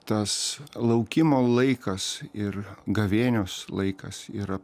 tas laukimo laikas ir gavėnios laikas yra